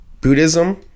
Buddhism